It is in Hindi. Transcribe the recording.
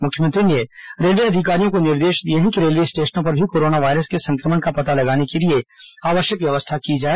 मुख्यमंत्री ने रेलवे अधिकारियों को निर्देश दिए हैं कि रेलवे स्टेशनों पर भी कोरोना वायरस के संक्रमण का पता लगाने के लिए आवश्यक व्यवस्था की जाए